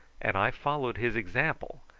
and i followed his example,